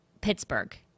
Pittsburgh